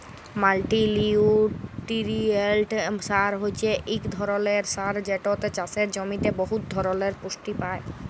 মাল্টিলিউটিরিয়েল্ট সার হছে ইক ধরলের সার যেটতে চাষের জমিতে বহুত ধরলের পুষ্টি পায়